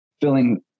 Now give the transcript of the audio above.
filling